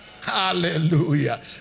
Hallelujah